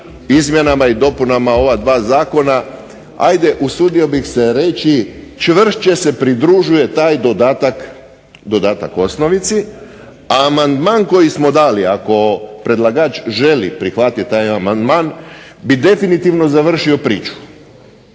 Izmjenama i dopunama ova dva zakona, ajde usudio bih se reći čvršće se udružuje taj dodatak osnovici, a amandman koji smo dali, ako predlagač želi prihvatiti taj amandman bi definitivno završio priču